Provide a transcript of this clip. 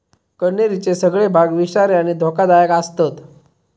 कण्हेरीचे सगळे भाग विषारी आणि धोकादायक आसतत